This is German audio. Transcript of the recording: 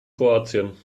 kroatien